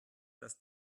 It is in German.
dass